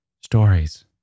stories